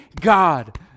God